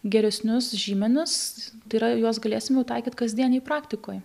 geresnius žymenis tai yra juos galėsim jau taikyt kasdienėj praktikoj